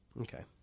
Okay